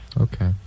Okay